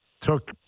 took